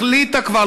החליטה כבר,